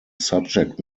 subject